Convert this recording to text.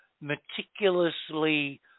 meticulously